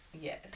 Yes